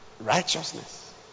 righteousness